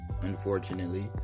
unfortunately